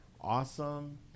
awesome